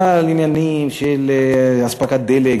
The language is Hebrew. אבל עניינים של אספקת דלק,